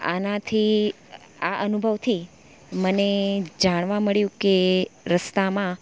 આનાથી આ અનુભવથી મને જાણવા મળ્યું કે રસ્તામાં